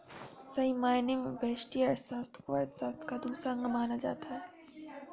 सही मायने में व्यष्टि अर्थशास्त्र को अर्थशास्त्र का दूसरा अंग माना जाता है